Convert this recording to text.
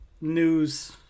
news